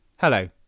Hello